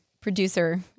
producer